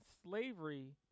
Slavery